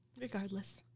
Regardless